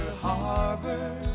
harbor